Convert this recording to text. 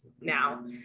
now